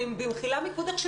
במחילה מכבודך,